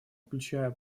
включая